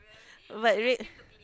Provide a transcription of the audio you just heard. but red